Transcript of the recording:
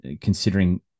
considering